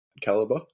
caliber